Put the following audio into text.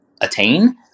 attain